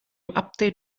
update